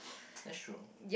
that's true